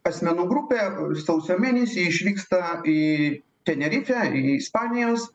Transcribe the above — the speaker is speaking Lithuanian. asmenų grupė sausio mėnesį išvyksta į tenerifę į ispanijos